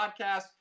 podcast